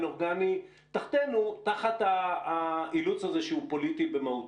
אורגני תחתינו תחת האילוץ הזה שהוא פוליטי במהותו.